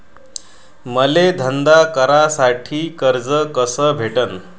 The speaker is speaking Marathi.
मले धंदा करासाठी कर्ज कस भेटन?